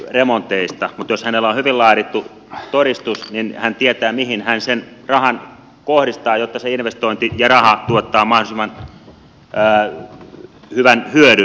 mutta jos hänellä on hyvin laadittu todistus niin hän tietää mihin hän sen rahan kohdistaa jotta se investointi ja raha tuottavat mahdollisimman hyvän hyödyn